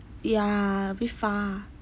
ya a bit far